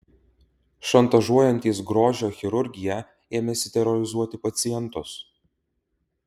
šantažuojantys grožio chirurgiją ėmėsi terorizuoti pacientus